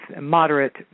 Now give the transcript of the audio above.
moderate